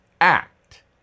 Act